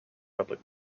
public